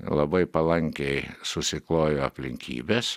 labai palankiai susiklojo aplinkybės